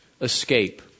escape